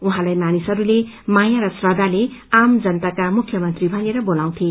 उहाँलाई मानिसहरूले माया र श्रेखाले आम जनताका मुख्यमन्त्री भनेर बोलाउँथे